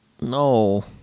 no